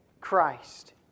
Christ